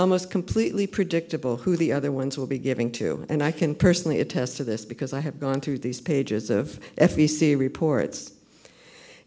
almost completely predictable who the other ones will be giving to and i can personally attest to this because i have gone through these pages of f e c reports